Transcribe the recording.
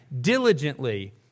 diligently